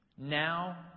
Now